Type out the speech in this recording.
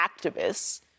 activists